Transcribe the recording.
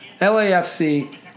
LAFC